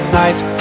nights